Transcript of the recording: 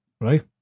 right